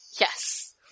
Yes